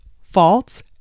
False